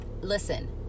Listen